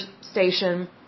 station